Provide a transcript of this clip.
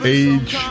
age